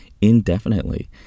indefinitely